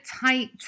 tight